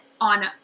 on